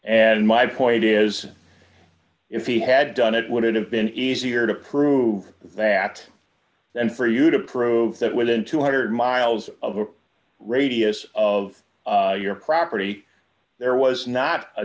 and my point is if he had done it would it have been easier to prove that and for you to produce that within two hundred miles of the radius of your property there was not a